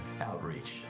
outreach